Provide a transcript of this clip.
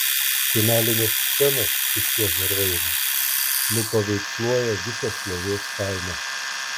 finalinės scenos su šiuo herojumi nupaveiksluoja visą šlovės kainą